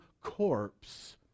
corpse